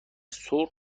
سرخ